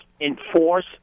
enforce